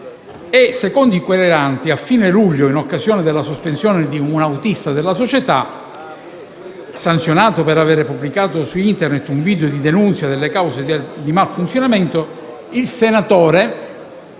Secondo i querelanti, a fine luglio, in occasione della sospensione di un autista della società, sanzionato per avere pubblicato su Internet un video di denuncia delle cause di mal funzionamento del servizio,